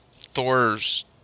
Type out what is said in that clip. Thor's